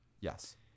Yes